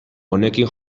honekin